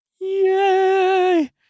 Yay